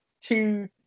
two